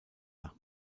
nach